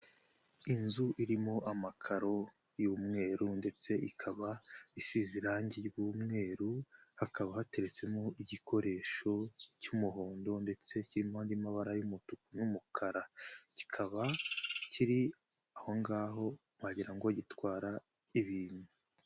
Inzu irimo amakaro y'umweru ndetse ikaba isize irangi ry'umweru, hakaba hateretsemo igikoresho cy'umuhondo ndetse kirimo andi mabara y'umutuku n'umukara, kikaba kiri aho ngaho wagira ngo gitwara ibintu.